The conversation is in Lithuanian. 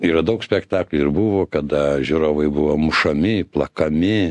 yra daug spektaklių ir buvo kada žiūrovai buvo mušami plakami